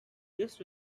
this